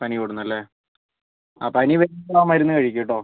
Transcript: പനി കൂടുന്നു അല്ലേ ആ പനി വരുമ്പോൾ ആ മരുന്ന് കഴിക്ക് കേട്ടൊ